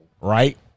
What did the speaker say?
Right